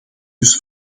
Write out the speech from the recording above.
dus